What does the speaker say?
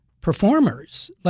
performers